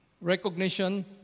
recognition